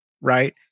right